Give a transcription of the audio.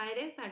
Aires